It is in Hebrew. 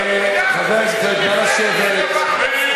אני לא אסלח לך.